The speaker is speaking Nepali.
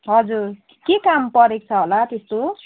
हजुर के काम परेको छ होला त्यस्तो